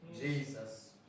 jesus